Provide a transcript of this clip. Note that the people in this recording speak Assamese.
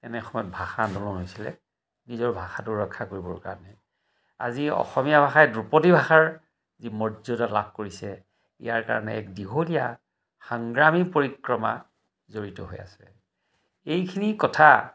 এনে সময়ত ভাষা আন্দোলন হৈছিলে নিজৰ ভাষাটো ৰক্ষা কৰিবৰ কাৰণে আজি অসমীয়া ভাষাই ধ্ৰুপদী ভাষাৰ যি মৰ্যদা লাভ কৰিছে ইয়াৰ কাৰণে এক দীঘলীয়া সংগ্ৰামী পৰিক্ৰমা জড়িত হৈ আছে এইখিনি কথা